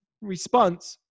response